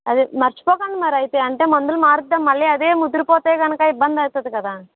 అదే మర్చిపోకండి మరైతే అంటే మందులు మారుస్తే మళ్ళీ అదే ముదిరిపోతే కనుక ఇబ్బంది అవుతుంది కదా